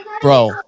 Bro